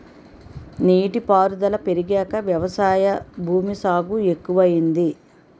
నీటి పారుదుల పెరిగాక వ్యవసాయ భూమి సాగు ఎక్కువయింది